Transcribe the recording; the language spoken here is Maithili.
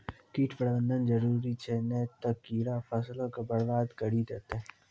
कीट प्रबंधन जरुरी छै नै त कीड़ा फसलो के बरबाद करि देतै